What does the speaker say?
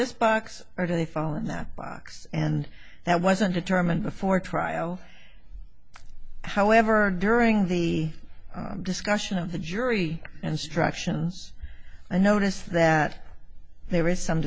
this box or do they fall in that box and that wasn't determined before trial however during the discussion of the jury instructions i notice that there is some